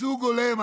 ייצוג הולם,